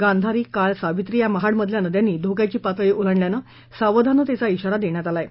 गांधारी काळ सावित्री या महाडमधल्या नदयांनी धोक्याची पातळी ओलांडल्यानं सावधानतेचा इशारा देण्यात आला आहे